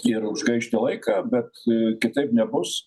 ir gaišti laiką bet kitaip nebus